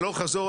הלוך חזור,